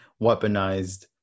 weaponized